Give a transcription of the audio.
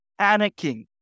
panicking